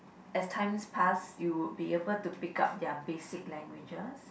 as times pass you would be able to pick up their basic languages